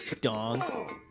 dong